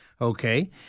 okay